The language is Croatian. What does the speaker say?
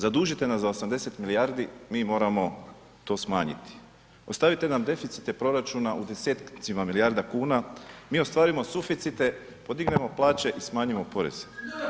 Zadužite nas za 80 milijardi, mi moramo to smanjiti, ostavite nam deficite proračuna u desecima milijarda kuna, mi ostvarujemo suficite, podignemo plaće i smanjimo poreze.